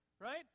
right